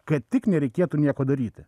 kad tik nereikėtų nieko daryti